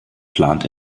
plant